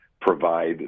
provide